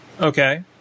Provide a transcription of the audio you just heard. Okay